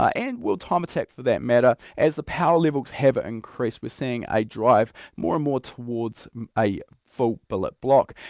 ah and word time attack for that matter, as the power levels have ah increased we're seeing a drive more and more towards a full billet block.